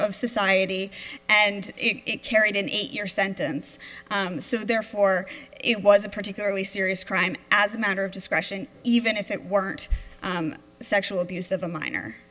of society and it carried an eight year sentence therefore it was a particularly serious crime as a matter of discretion even if it weren't sexual abuse of a minor